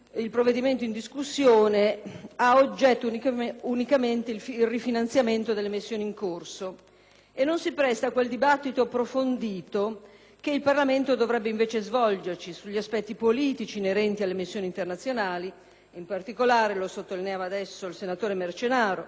e non si presta al dibattito approfondito che il Parlamento dovrebbe invece svolgere sugli aspetti politici inerenti alle missioni internazionali e in particolare, come ha sottolineato il senatore Marcenaro, ai punti più evidenti di crisi come l'Afghanistan, ma potremmo anche dire al mantenimento della pace in Libano.